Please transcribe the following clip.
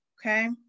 Okay